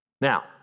Now